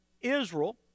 Israel